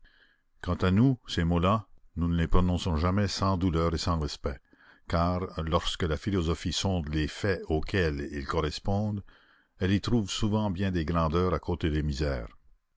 quant à nous ces mots-là nous ne les prononçons jamais sans douleur et sans respect car lorsque la philosophie sonde les faits auxquels ils correspondent elle y trouve souvent bien des grandeurs à côté des misères